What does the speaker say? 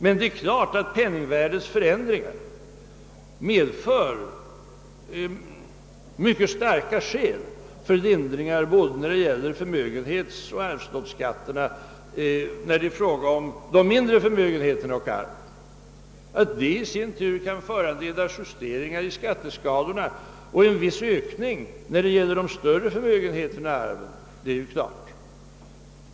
Det är dock klart att penningvärdets förändring är ett mycket starkt skäl för lindring av både förmögenhetsoch arvslottsskatterna, när det är fråga om de mindre förmögenheterna och arven. Att detta i sin tur kan föranleda justeringar av skatteskalorna och viss ökning i fråga om större förmögenheter och arv är naturligt.